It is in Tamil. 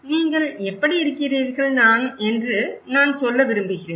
நீங்கள் எப்படி இருக்கிறீர்கள் என்று நான் சொல்ல விரும்புகிறேன்